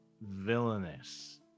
villainous